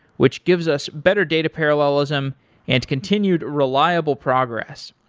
which gives us better data parallelism and continued reliable progress.